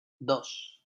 dos